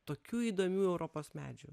tokių įdomių europos medžių